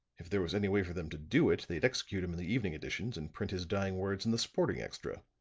if there was any way for them to do it, they'd execute him in the evening editions and print his dying words in the sporting extra.